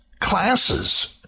classes